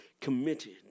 committed